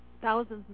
thousands